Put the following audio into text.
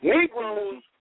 Negroes